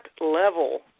level